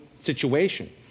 situation